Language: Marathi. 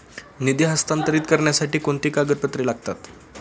निधी हस्तांतरित करण्यासाठी कोणती कागदपत्रे लागतात?